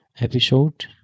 episode